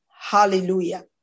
Hallelujah